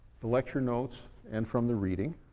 the lecture notes and from the reading.